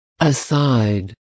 Aside